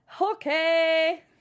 Okay